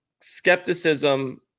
skepticism